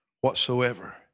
whatsoever